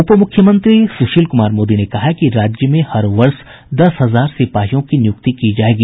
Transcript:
उप मुख्यमंत्री सुशील कुमार मोदी ने कहा है कि राज्य में हर वर्ष दस हजार सिपाहियों की नियुक्ति की जायेगी